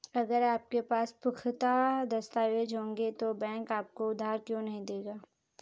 अगर आपके पास पुख्ता दस्तावेज़ होंगे तो बैंक आपको उधार क्यों नहीं देगा?